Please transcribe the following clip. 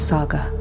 Saga